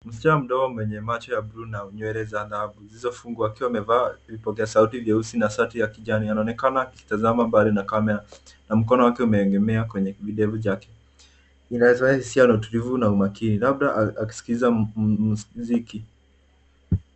Msichana mdogo mwenye macho ya buluu na nywele za dhahabu zilizofungwa akiwa amevaa vipokea sauti vieusi na shati ya kijani anaonekana akitazama mbali na kamera na mkono wake umeegemea kwenye kidevu chake, inaezesha utulivu na umakini labda akiskiza muziki.